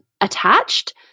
attached